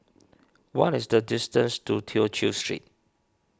what is the distance to Tew Chew Street